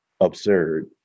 absurd